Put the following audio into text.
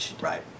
Right